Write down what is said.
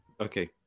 Okay